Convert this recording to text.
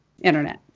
internet